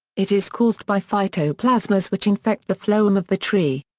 it is caused by phytoplasmas which infect the phloem of the tree.